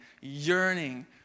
yearning